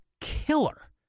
killer